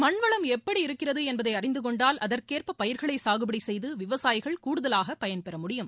மண்வளம் எப்படி இருக்கிறது என்பதை அறிந்தகொண்டால் அதற்கேற்ப பயிர்களை சாகுபடி செய்து விவசாயிகள் கூடுதலாக பயன்பெற முடியும்